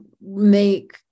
make